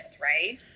right